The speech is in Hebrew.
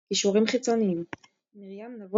קישורים חיצוניים מרים נבו,